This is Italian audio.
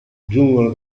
giungono